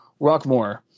Rockmore